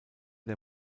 der